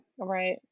Right